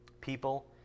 People